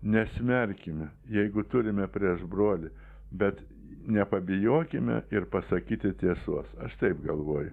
nesmerkime jeigu turime prieš brolį bet nepabijokime ir pasakyti tiesos aš taip galvoju